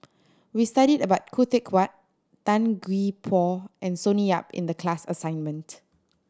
we studied about Khoo Teck Puat Tan Gee Paw and Sonny Yap in the class assignment